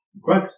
Great